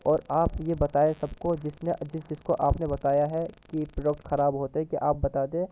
اور آپ یہ بتائیں سب کو جس نے جس جس کو آپ نے بتایا ہے کہ پروڈکٹ خراب ہوتے ہیں کہ آپ بتا دیں